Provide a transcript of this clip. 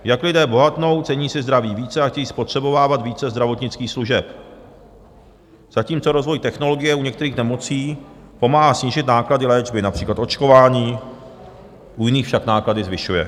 Jak lidé bohatnou, cení si zdraví více a chtějí spotřebovávat více zdravotnických služeb, zatímco rozvoj technologie u některých nemocí pomáhá snížit náklady léčby, například očkování, u jiných však náklady zvyšuje.